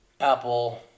Apple